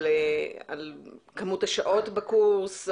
לכמות השעות בקורס?